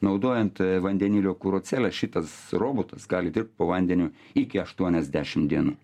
naudojant vandenilio kuro celes šitas robotas gali dirbt po vandeniu iki aštuoniasdešim dienų